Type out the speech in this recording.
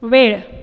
वेळ